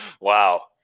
Wow